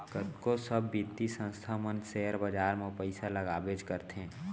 कतको सब बित्तीय संस्था मन सेयर बाजार म पइसा लगाबेच करथे